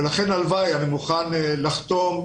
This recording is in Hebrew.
לכן הלוואי, אני מוכן לחתום,